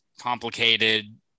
complicated